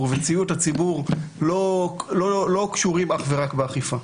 וציות הציבור לא קשורים אך ורק באכיפה.